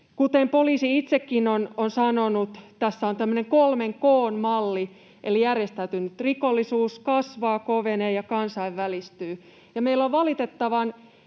Kuten poliisi itsekin on sanonut, tässä on tämmöinen kolmen K:n malli, eli järjestäytynyt rikollisuus kasvaa, kovenee ja kansainvälistyy. Meillä on valitettavan